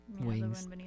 wings